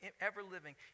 ever-living